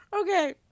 Okay